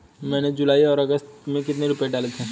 मैंने जुलाई और अगस्त में कितने रुपये डाले थे?